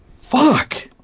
fuck